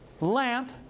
lamp